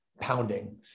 pounding